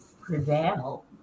prevail